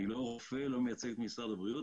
אני לא רופא ולא מייצג את משרד הבריאות,